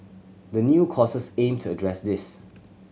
the new courses aim to address this